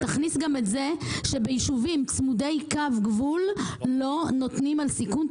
תכניס גם את זה שבישובים צמודי קו גבול לא נותנים על סיכון.